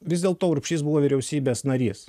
vis dėl to urbšys buvo vyriausybės narys